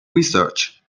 research